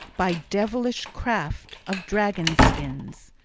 by devilish craft, of dragon-skins.